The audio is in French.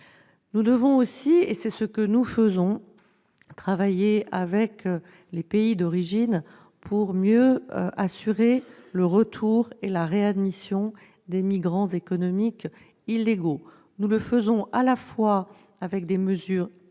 Nous devons aussi - et c'est ce que nous faisons - travailler avec les pays d'origine, pour mieux assurer le retour et la réadmission des migrants économiques illégaux. Nous le faisons avec des mesures incitatives,